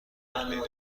برلین